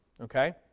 Okay